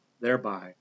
thereby